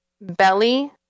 belly